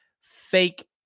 fake